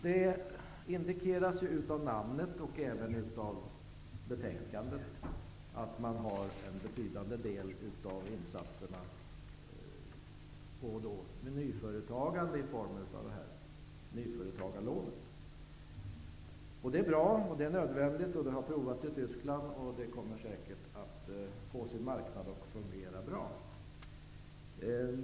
Det indikeras av namnet och även av betänkandet att en betydande del av insatserna gäller nyföretagande i form av detta nyföretagarlån. Det är bra och nödvändigt. Det har prövats i Tyskland. Det kommer säkert att få sin marknad och fungera bra.